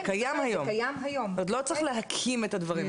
זאת אומרת לא צריך להקים את הדברים האלה?